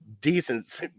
decent